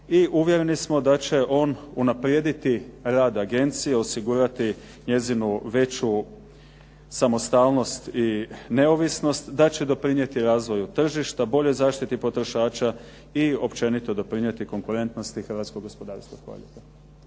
i uvjereni smo da će on unaprijediti rad agencije, osigurati njezinu veću samostalnost i neovisnost, da će doprinijeti razvoju tržišta, boljoj zaštiti potrošača i općenito doprinijeti konkurentnosti hrvatskog gospodarstva. Hvala